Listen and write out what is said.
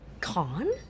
Con